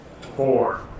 Four